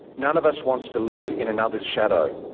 none of us wants to live in another's shadow.